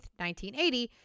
1980